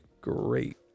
great